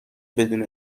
بدون